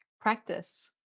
practice